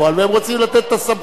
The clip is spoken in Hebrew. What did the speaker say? והם רוצים לתת את הסמכות,